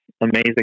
amazing